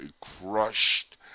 crushed